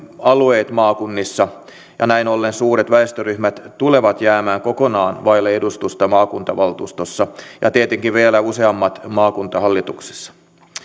alueet maakunnissa ja suuret väestöryhmät tulevat jäämään kokonaan vaille edustusta maakuntavaltuustossa ja tietenkin vielä useammat maakuntahallituksessa